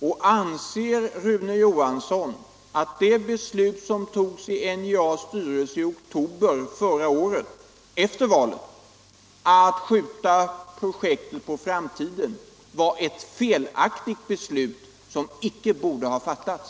Anser Rune Johansson att det beslut som togs i NJA:s styrelse i oktober förra året, efter valet, att skjuta projektet på framtiden var ett felaktigt beslut, som icke borde ha fattats?